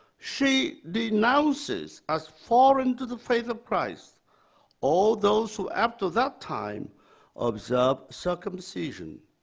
she denounces as foreign to the faith of christ all those who after that time observed circumcision,